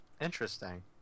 Interesting